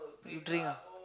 you drink ah